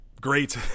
great